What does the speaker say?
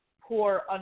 poor